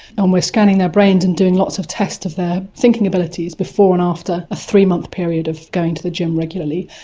um we're scanning their brains and doing lots of tests of their thinking abilities before and after a three-month period of going to the gym regularly,